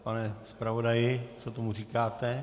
Pane zpravodaji, co tomu říkáte?